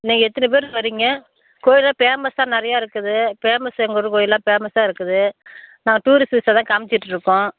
நீங்கள் எத்தனை பேர் வர்றீங்க கோவில்லாம் ஃபேமஸாக நிறையா இருக்குது ஃபேமஸ் எங்கள் ஊர் கோவில்லாம் ஃபேமஸாக இருக்குது டூரிஸ்ட்டுகளுக்குலாம் காமிச்சிட்ருக்கோம்